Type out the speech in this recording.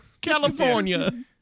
California